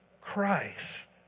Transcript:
Christ